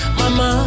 mama